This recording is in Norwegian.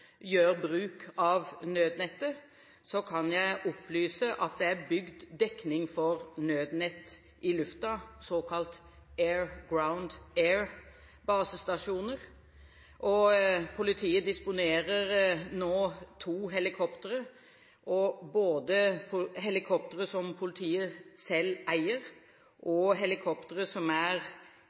gjør bruk av nødnettet, kan jeg opplyse at det er bygd dekning for nødnett i luften, såkalt Air-Ground-Air basestasjoner. Politiet disponerer nå to helikoptre. Både helikopteret som politiet selv eier, og helikopteret som er